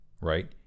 right